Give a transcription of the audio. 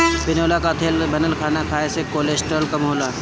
बिनौला कअ तेल से बनल खाना खाए से कोलेस्ट्राल कम होला